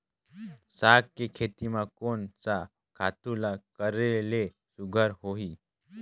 साग के खेती म कोन स खातु ल करेले सुघ्घर होही?